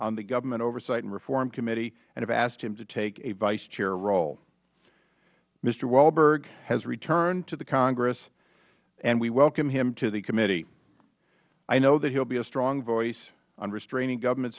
on the government oversight and reform committee and have asked him to take a vice chair role mr hwalberg has returned to the congress and we welcome him to the committee i know that he will be a strong voice on restraining government